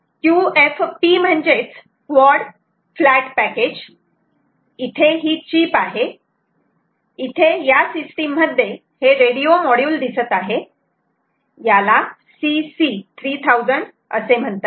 QFP म्हणजेच quad flat package इथे ही चीप आहे इथे या सिस्टीम मध्ये हे रेडिओ मॉड्यूल दिसत आहे याला CC 3000 असे म्हणतात